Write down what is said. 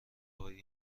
هایی